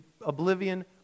oblivion